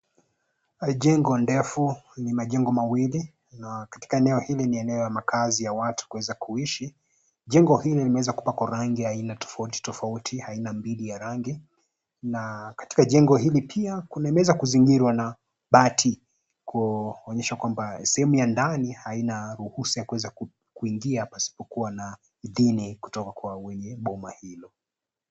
Jengo ndefu ni majengo mawili na katika eneo hili ni eneo ya makazi ya watu kweza kuishi. Jengo hili limeweza kupakwa rangi aina tofauti tofauti aina mbili ya rangi. Na katika jengo hili pia kuna meza kuzingirwa na bati kuonyesha kwamba sehemu ya ndani haina ruhusa kuweza kuingia pasipokuwa na idhini kutoka kwa weye boma hilo.